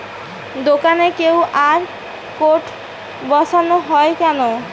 দোকানে QR code বসানো হয় কেন?